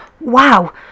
Wow